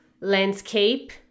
landscape